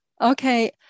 Okay